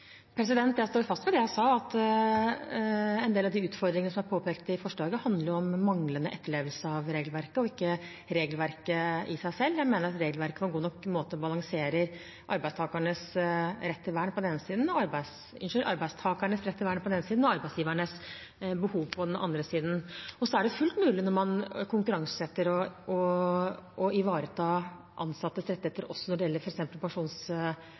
Jeg står fast ved det jeg sa, at en del av de utfordringene som er påpekt i forslaget, handler om manglende etterlevelse av regelverket og ikke regelverket i seg selv. Jeg mener at regelverket på en god nok måte balanserer arbeidstakernes rett til vern på den ene siden og arbeidsgivernes behov på den andre siden. Så er det fullt mulig å ivareta ansattes rettigheter når man konkurranseutsetter, også når det gjelder